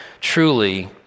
truly